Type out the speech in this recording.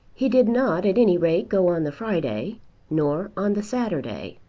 he did not at any rate go on the friday nor on the saturday.